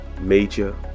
Major